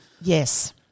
Yes